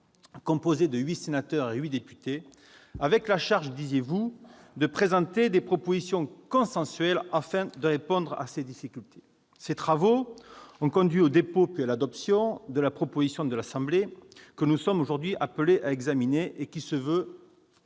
composé de huit sénateurs et de huit députés, avec la charge, disiez-vous, de présenter des propositions consensuelles afin de répondre à ces difficultés. Ces travaux ont conduit au dépôt, puis à l'adoption de la proposition de loi de l'Assemblée nationale que nous sommes aujourd'hui appelés à examiner et qui se veut,